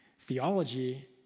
Theology